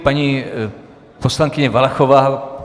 Paní poslankyně Valachová.